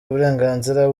uburenganzira